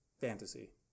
fantasy